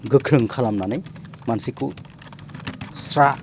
गोख्रों खालामनानै मानसिखौ स्रा